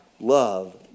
Love